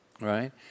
Right